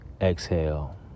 Exhale